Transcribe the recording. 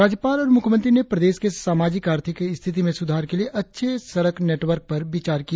राज्यपाल और मुख्यमंत्री ने प्रदेश के सामाजिक आर्थिक स्थिति में सुधार के लिए अच्छे सड़क नेटवर्क पर विचार किया